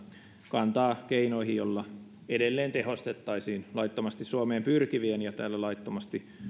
kantaa keinoihin joilla edelleen tehostettaisiin laittomasti suomeen pyrkivien ja täällä laittomasti